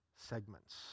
segments